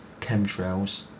Chemtrails